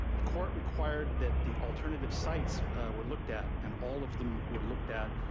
the court required that the alternative sites were looked at, and all of them were looked at,